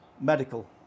medical